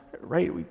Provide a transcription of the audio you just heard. right